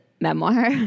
memoir